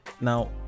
Now